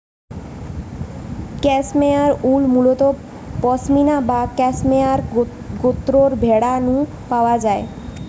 cashmere wool মুলত পসমিনা বা cashmere গোত্রর ভেড়া নু পাওয়া যায়